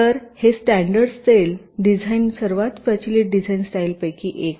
तर हे standard cell design सर्वात प्रचलित डिझाइन स्टाईलपैकी एक आहे